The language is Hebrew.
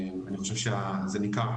אני חושב שזה ניכר,